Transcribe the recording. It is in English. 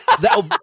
That'll